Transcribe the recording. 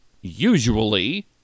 Usually